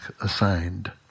assigned